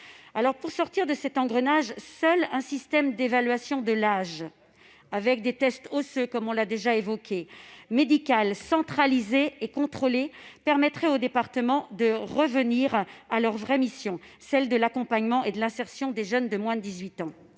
Pour sortir de cet engrenage, seul un système d'évaluation de l'âge, avec des tests osseux, que l'on a déjà évoqués, médical, centralisé, et contrôlé permettrait aux départements de revenir à leur vraie mission, celle de l'accompagnement et de l'insertion de ces jeunes de moins de 18 ans.